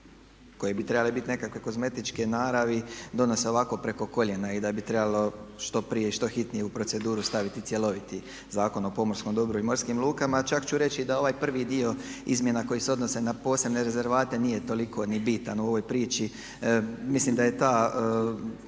koje bi trebale biti nekakve kozmetičke naravi donose ovako preko koljena i da bi trebalo što prije i što hitnije u proceduru staviti cjeloviti Zakon o pomorskom dobru i morskim lukama. Čak ću reći da ovaj prvi dio izmjena koje se odnose na posebne rezervate nije toliko ni bitan u ovoj priči. Mislim da je ta